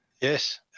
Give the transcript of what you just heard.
Yes